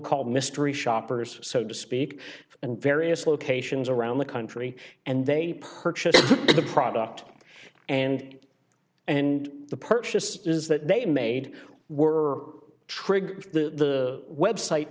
call mystery shoppers so to speak and various locations around the country and they purchased the product and and the purchase is that they made were trigged the website